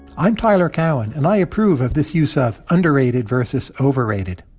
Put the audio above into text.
i'm tyler cowen, and i approve of this use of underrated versus overrated